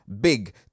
big